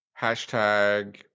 Hashtag